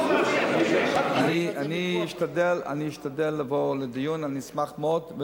אני אשתדל לבוא לדיון, אני אשמח מאוד.